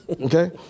okay